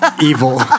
Evil